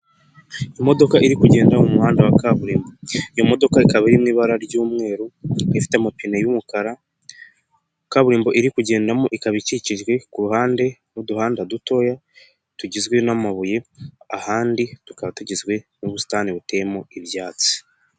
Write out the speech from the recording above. Imodoka iri kugenda mu muhanda wa kaburimbo, iyo modoka ikaba iririmo ibara ry'umweru, ifite amapine y'umukara, kaburimbo iri kugendamo ikaba ikikijwe ku ruhande n'uduhanda dutoya tugizwe n'amabuye, ahandi tukaba tugizwe n'ubusitani buteyemo ibyatsi.